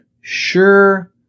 sure